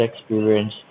experience